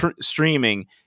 streaming